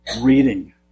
reading